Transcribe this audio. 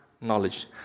knowledge